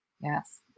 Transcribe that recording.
Yes